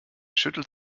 schüttelt